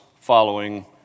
following